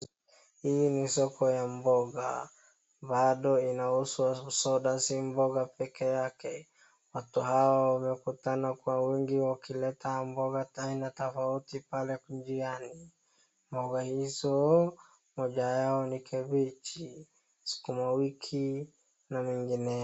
Hii ni soko ya mboga, bado inauzwa soda si mboga peke yake. Watu hawa wamekutana kwa wingi wakileta mboga aina tofauti pale njiani, maua hizo moja yao ni kabeji, sukuma wiki na mengineo.